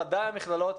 ובוודאי המכללות,